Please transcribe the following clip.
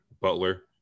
Butler